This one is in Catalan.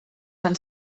van